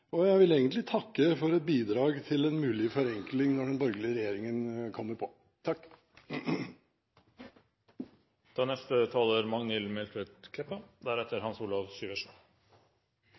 Jeg vil takke for et bidrag til en mulig forenkling når den borgerlige regjeringen kommer på.